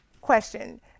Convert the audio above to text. question